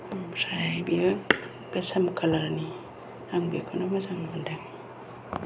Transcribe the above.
ओमफ्राय बेयो गोसोम कालारनि आं बेखौनो मोजां मोनदों